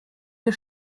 wir